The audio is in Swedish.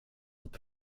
inte